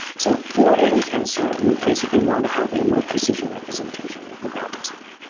so for any tensor, we basically want to have a low precision representation of the values in it.